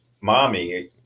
mommy